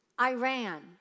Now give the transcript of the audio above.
Iran